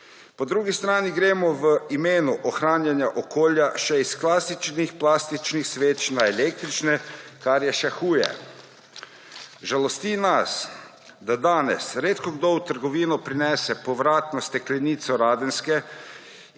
Po drugi strani gremo v imenu ohranjanja okolja še s klasičnih plastičnih sveč na električne, kar je še huje. Žalosti nas, da danes redkokdo v trgovino prinese povratno steklenico radenske